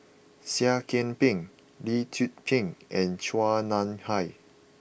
Seah Kian Peng Lee Tzu Pheng and Chua Nam Hai